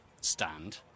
stand